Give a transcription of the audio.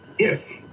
Yes